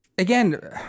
Again